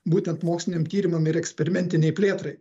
būtent moksliniam tyrimam ir eksperimentinei plėtrai